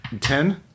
ten